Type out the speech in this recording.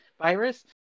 virus